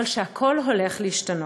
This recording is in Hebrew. אבל הכול הולך להשתנות.